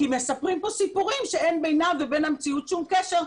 מספרים כאן סיפורים שאין בינם לבין המציאות שום קשר.